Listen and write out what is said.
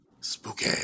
Spooky